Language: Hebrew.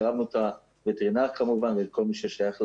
עירבנו את הווטרינר כמובן ואת כל מי ששייך לעניין,